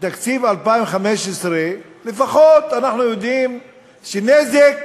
תקציב 2015, לפחות אנחנו יודעים שנזק